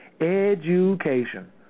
Education